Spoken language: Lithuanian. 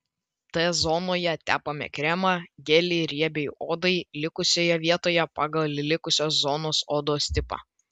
t zonoje tepame kremą gelį riebiai odai likusioje vietoje pagal likusios zonos odos tipą